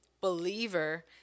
believer